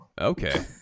Okay